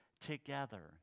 together